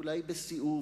אולי בסיאוב,